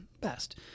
best